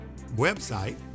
website